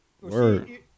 Word